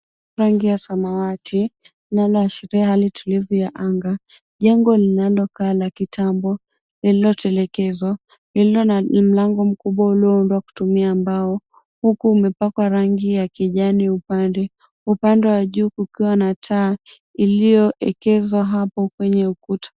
Wingu la samawati linaloashiria anga tulivu. Jengo linalokaa la kitambo lililotelekezwa, lililo na mlango mkubwa ulioundwa kutumia mbao huku umepakwa rangi ya kijani upande uoande wa juu kukiwa na taa iliyoekezwa hapo kwenye ukuta.